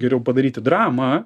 geriau padaryti dramą